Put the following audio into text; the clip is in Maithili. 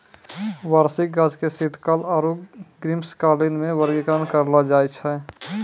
वार्षिक गाछ के शीतकाल आरु ग्रीष्मकालीन मे वर्गीकरण करलो जाय छै